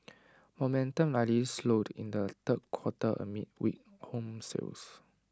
momentum likely slowed in the third quarter amid weak home sales